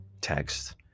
text